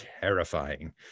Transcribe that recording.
terrifying